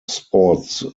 sports